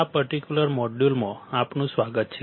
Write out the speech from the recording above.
આ પર્ટિક્યુલર મોડ્યુલમાં આપનું સ્વાગત છે